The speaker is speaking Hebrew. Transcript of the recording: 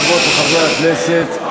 חברות וחברי הכנסת,